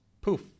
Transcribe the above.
poof